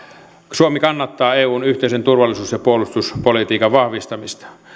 suomi kannattaa eun yhteisen turvallisuus ja puolustuspolitiikan vahvistamista